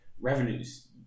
revenues